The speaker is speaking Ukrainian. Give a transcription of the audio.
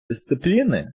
дисципліни